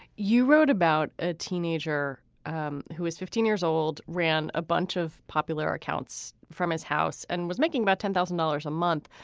you wrote about a teenager um who is fifteen years old, ran a bunch of popular accounts from his house and was making about ten thousand dollars a month.